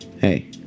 hey